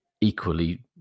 equally